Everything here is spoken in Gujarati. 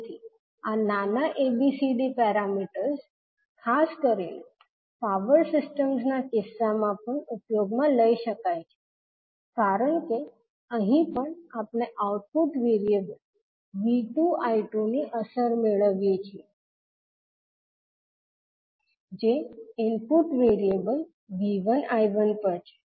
તેથી આ નાના abcd પેરામીટર્સ ખાસ કરીને પાવર સિસ્ટમ્સ ના કિસ્સામાં પણ ઉપયોગમાં લઈ શકાય છે કારણ કે અહીં પણ આપણે આઉટપુટ વેરીએબલ V2 𝐈2 ની અસર મેળવીએ છીએ જે ઇનપુટ વેરીએબલ 𝐕1 𝐈1 પર છે